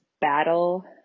battle